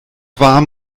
warm